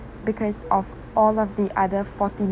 because of all of the other forty